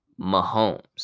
Mahomes